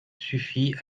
suffit